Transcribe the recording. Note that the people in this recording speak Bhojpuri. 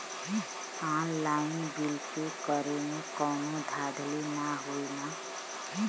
ऑनलाइन बिल पे करे में कौनो धांधली ना होई ना?